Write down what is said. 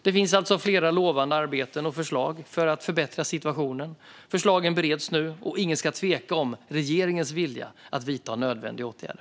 Det finns alltså flera lovande arbeten och förslag för att förbättra situationen. Förslagen bereds nu. Ingen ska tvivla på regeringens vilja att vidta nödvändiga åtgärder.